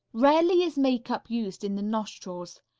rarely is makeup used in the nostrils.